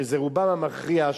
שזה רובם המכריע,